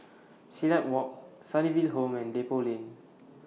Silat Walk Sunnyville Home and Depot Lane